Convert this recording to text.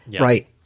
right